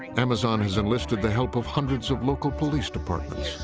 amazon has enlisted the help of hundreds of local police departments.